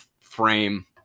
frame